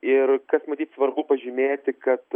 ir kas matyt svarbu pažymėti kad